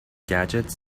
gadgets